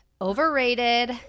overrated